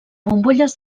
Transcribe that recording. bombolles